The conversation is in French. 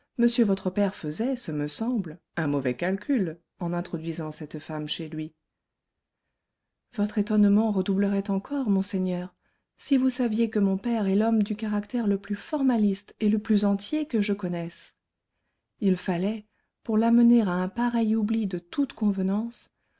monsieur votre père faisait ce me semble un mauvais calcul en introduisant cette femme chez lui votre étonnement redoublerait encore monseigneur si vous saviez que mon père est l'homme du caractère le plus formaliste et le plus entier que je connaisse il fallait pour l'amener à un pareil oubli de toute convenance